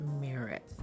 merit